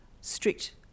strict